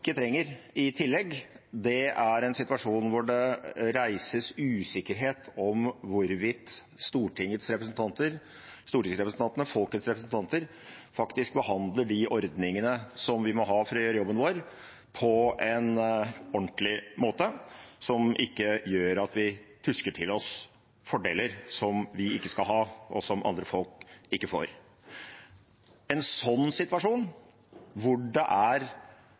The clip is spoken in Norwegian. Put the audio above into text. ikke trenger i tillegg, er en situasjon hvor det reises usikkerhet om hvorvidt stortingsrepresentantene, folkets representanter, faktisk behandler de ordningene vi må ha for å gjøre jobben vår, på en ordentlig måte – som ikke gjør at vi tusker til oss fordeler som vi ikke skal ha, og som andre folk ikke får. En sånn situasjon, hvor det er